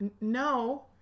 no